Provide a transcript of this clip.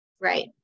Right